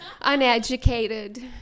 uneducated